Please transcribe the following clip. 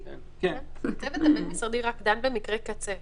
הצוות הבין-משרדי דן רק במקרי קצה.